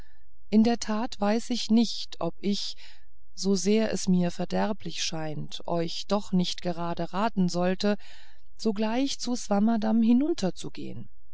in der tat ich weiß nicht ob ich so sehr es mir verderblich scheint euch doch nicht gerade raten sollte sogleich zu swammerdamm hinunterzugehen